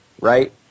right